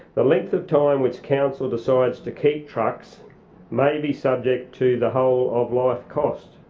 the length of time which council decides to keep trucks may be subject to the whole of life cost.